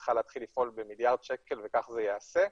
צריכה להתחיל לפעול במיליארד שקל וכך זה ייעשה.